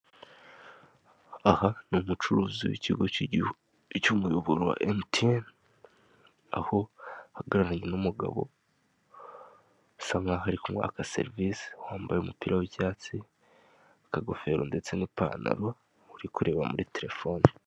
Aha ni umucuruzi w'ikigo cy'igihugu cy'umuyoboro wa emutiyeni, aho ahagararanye n'umugabo bisa nk'aho ari kumwaka serivisi, wambaye umupira w'icyatsi, akagofero ndetse n'ipantaro, uri kureba muri telefoni.